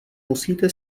musíte